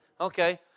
Okay